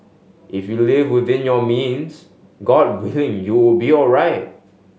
if you live within your means God willing you will be alright